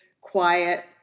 quiet